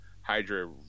Hydra